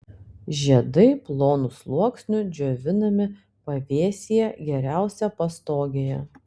žiedai plonu sluoksniu džiovinami pavėsyje geriausia pastogėje